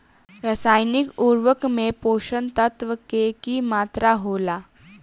रसायनिक उर्वरक में पोषक तत्व के की मात्रा होला?